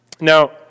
Now